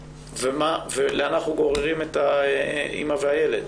לאן אנחנו גוררים את האימא והילד?